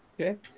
Okay